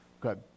good